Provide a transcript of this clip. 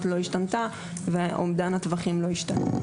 לא השתנתה ואומדן הטווחים לא השתנה.